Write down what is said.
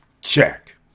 Check